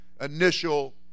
initial